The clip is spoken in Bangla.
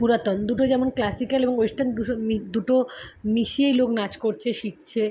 পুরাতন দুটো যেমন ক্লাসিকাল এবং ওয়েস্টার্ন দুটো মিশিয়েই লোক নাচ করছে শিখছে